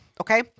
Okay